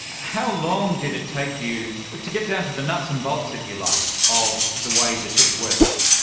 how long did it take you to get down to the nuts and bolts, if you like, of the way the chip worked?